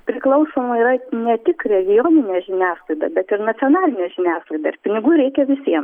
priklausoma yra ne tik regioninė žiniasklaida bet ir nacionalinė žiniasklaida ir pinigų reikia visiem